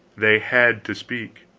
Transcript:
they had to speak.